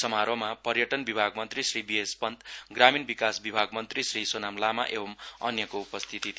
समारोहमा पर्यटन विभाग मन्त्री श्री बीएस पन्त ग्रामीण विकास विभाग मन्त्री श्री सोनाम लामा एंव अन्यको उपस्थिति थियो